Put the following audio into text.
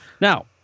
Now